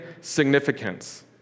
significance